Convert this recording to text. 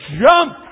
jump